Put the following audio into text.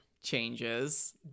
changes